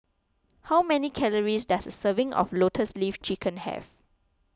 how many calories does a serving of Lotus Leaf Chicken Have